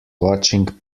watching